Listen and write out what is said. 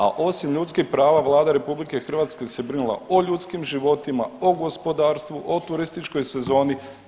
A osim ljudskih prava Vlada RH se brinula o ljudskim životima, o gospodarstvu, o turističkoj sezoni.